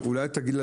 ושנית,